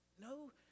no